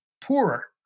poorer